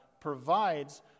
provides